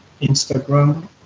instagram